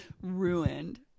Ruined